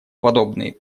подобные